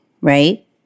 right